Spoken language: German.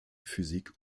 physik